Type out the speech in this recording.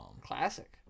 classic